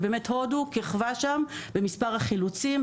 הודו כיכבה שם במספר החילוצים.